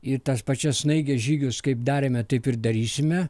ir tas pačias snaigės žygius kaip darėme taip ir darysime